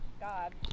God